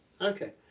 Okay